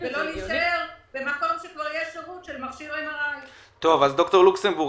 ולא להישאר במקום שיש בו כבר שירות של מכשיר MRI. ד"ר לוקסמבורג,